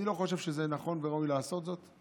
אני לא חושב שזה נכון וראוי לעשות זאת.